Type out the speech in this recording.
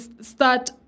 start